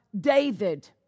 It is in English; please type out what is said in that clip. David